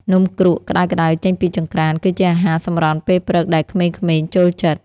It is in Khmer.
នំគ្រក់ក្តៅៗចេញពីចង្ក្រាន គឺជាអាហារសម្រន់ពេលព្រឹកដែលក្មេងៗចូលចិត្ត។